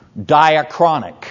diachronic